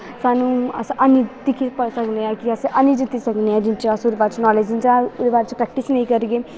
सानूं अस ऐनी जित्ती सकने ऐं कि ऐनी जित्ती सकने ऐं जिन्ने चिर ओह्दे बारे च नालेज निं आह्ग ओह्दे बाद च प्नैक्टिस निं करगे